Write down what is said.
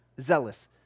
zealous